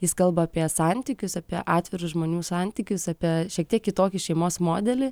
jis kalba apie santykius apie atvirus žmonių santykius apie šiek tiek kitokį šeimos modelį